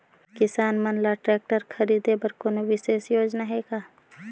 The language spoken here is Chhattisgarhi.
किसान मन ल ट्रैक्टर खरीदे बर कोनो विशेष योजना हे का?